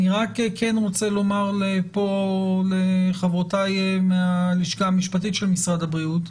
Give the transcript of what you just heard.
אני רק כן רוצה לומר פה לחברותיי מהלשכה המשפטית של משרד הבריאות,